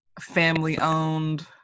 family-owned